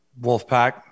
Wolfpack